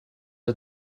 are